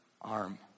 arm